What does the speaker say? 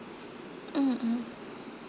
mm mm